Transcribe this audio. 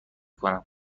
کنم